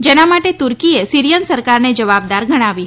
જેના માટે તુર્કીએ સીરિયન સરકારને જવાબદાર ગણાવી હતી